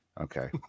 okay